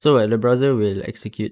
so like browser will execute